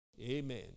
amen